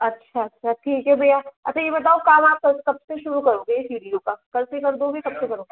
अच्छा अच्छा ठीक है भैया अच्छा बताओ काम आप कब से शुरू करोगे सीढ़ियों का कल से कर दो गए कब से करोगे